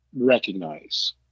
recognize